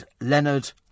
Leonard